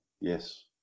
Yes